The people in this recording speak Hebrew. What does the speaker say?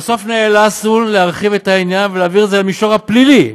בסוף נאלצנו להרחיב את העניין ולהעביר את זה למישור הפלילי,